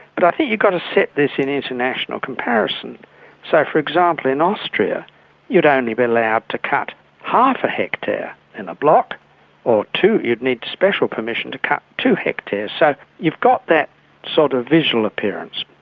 but i think you've got to set this in international comparison so, for example, in austria you'd only be allowed to cut half a hectare in a block or two, you'd need special permission to cut two hectares. so you've got that sort of visual appearance.